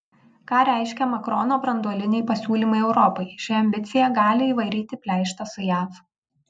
ką reiškia makrono branduoliniai pasiūlymai europai ši ambicija gali įvaryti pleištą su jav